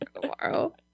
tomorrow